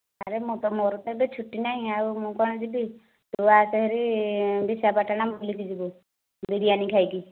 ଆରେ ମୁଁ ତ ମୋର ତ ଏବେ ଛୁଟି ନାହିଁ ଆଉ ମୁଁ କ'ଣ ଯିବି ତୁ ଆସେ ହେରି ବିଶାଖାପାଟଣା ବୁଲିକି ଯିବୁ ବିରିୟାନୀ ଖାଇକି